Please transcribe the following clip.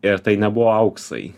ir tai nebuvo auksai